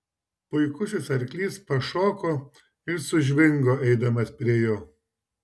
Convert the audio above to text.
puikusis arklys pašoko ir sužvingo eidamas prie jo